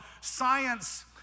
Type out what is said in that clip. science